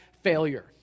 failure